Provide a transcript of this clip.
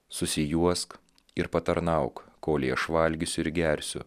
susijuosk ir patarnauk kolei aš valgysiu ir gersiu